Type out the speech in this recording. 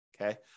Okay